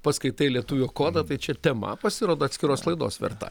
paskaitai lietuvių kodą tai čia tema pasirodo atskiros laidos verta